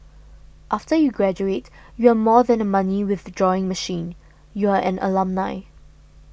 after you graduate you are more than a money withdrawing machine you are an alumni